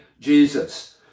Jesus